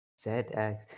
ZX